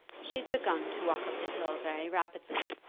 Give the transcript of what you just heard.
she had begun to walk up the hill very rapidly,